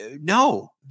No